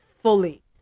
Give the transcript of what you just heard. fully